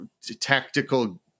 tactical